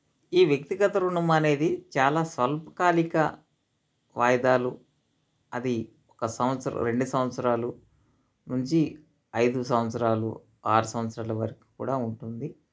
ఈ వ్యక్తిగత రుణం అనేది చాలా స్వల్పకాలిక వాయిదాలు అది ఒక సంవత్సరం రెండు సంవత్సరాలు నుంచి ఐదు సంవత్సరాలు ఆరు సంవత్సరాల వరకు కూడా ఉంటుంది